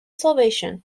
salvation